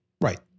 Right